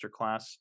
masterclass